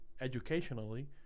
educationally